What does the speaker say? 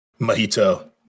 Mojito